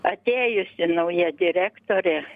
atėjusi nauja direktorė